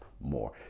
more